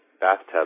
bathtub